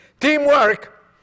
teamwork